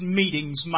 meetings